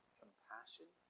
compassion